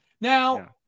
Now